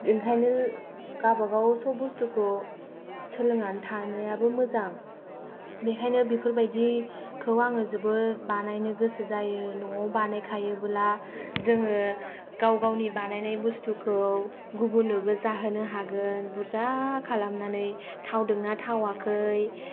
ओंखायनो गावबा गाव सब बस्थुखौ सोलोंनानै थानायाबो मोजां बेखायनो बेफोरबादिखौ आङोजोबोद बानायनो गोसो जायो न'आव बानाय खायोब्ला जोङो गाव गावनि बानायनाय बस्थुखौ गुबुननोबो जाहोनो हागोन बुरजा खालामनानै थावदों ना थावाखै